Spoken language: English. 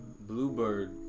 Bluebird